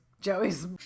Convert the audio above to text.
Joey's